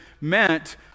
meant